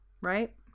right